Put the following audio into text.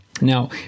Now